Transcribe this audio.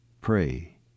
Pray